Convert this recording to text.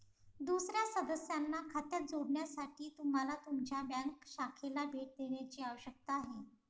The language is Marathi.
दुसर्या सदस्याच्या खात्यात जोडण्यासाठी तुम्हाला तुमच्या बँक शाखेला भेट देण्याची आवश्यकता आहे